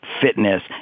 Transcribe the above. fitness